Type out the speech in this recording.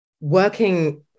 working